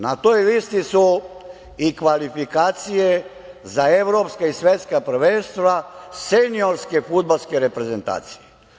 Na toj listi i kvalifikacije za evropska i svetska prvenstva seniorske fudbalske reprezentacije.